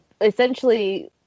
essentially